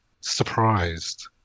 surprised